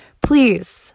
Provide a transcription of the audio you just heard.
Please